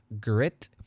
grit